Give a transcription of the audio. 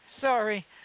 Sorry